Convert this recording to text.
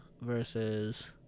versus